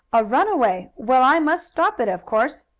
a runaway! well, i must stop it, of course!